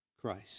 Christ